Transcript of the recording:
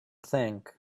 think